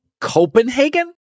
Copenhagen